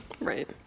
Right